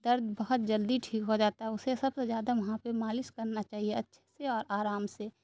درد بہت جلدی ٹھیک ہو جاتا ہے اسے سب سے زیادہ وہاں پہ مالش کرنا چاہیے اچھے سے اور آرام سے